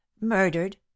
murdered